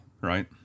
right